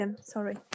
sorry